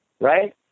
right